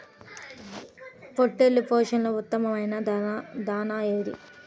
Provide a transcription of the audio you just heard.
పొట్టెళ్ల పోషణలో ఉత్తమమైన దాణా ఏది?